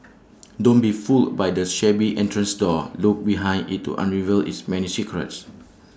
don't be fooled by the shabby entrance door look behind IT to unravel its many secrets